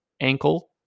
ankle